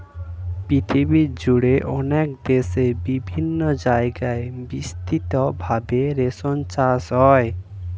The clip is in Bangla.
পৃথিবীজুড়ে অনেক দেশে বিভিন্ন জায়গায় বিস্তৃত ভাবে রেশম চাষ হয়